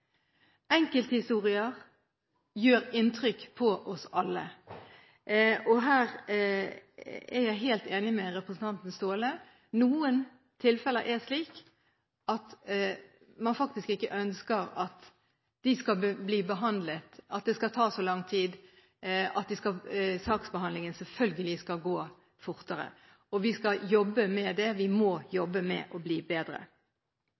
Enkelthistorier gjør inntrykk på oss alle. Her er jeg helt enig med representanten Staahle: Noen tilfeller er slik at man selvfølgelig ønsker at saksbehandlingen skal gå fortere. Vi skal jobbe med det. Vi må jobbe med å bli bedre.